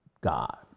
God